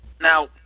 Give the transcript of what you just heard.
Now